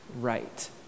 right